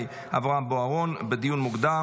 (עדיפות למשרת מילואים פעיל בקבלה לשירות המדינה),